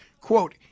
quote